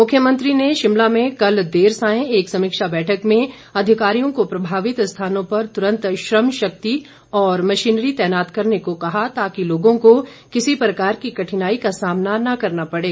मुख्यमंत्री ने शिमला में कल देर सांय एक समीक्षा बैठक में अधिकारियों को प्रभावित स्थानों पर तुरंत श्रम शक्ति और मशीनरी तैनात करने को कहा ताकि लोगों को किसी प्रकार की कठिनाई का सामना न करना पड़ें